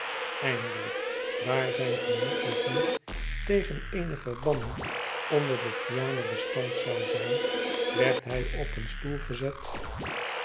eindelijk daar zijn gemoed nog niet tégen eene verbanning onder de piano bestand zou zijn werd hij op een stoel gezet